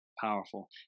Powerful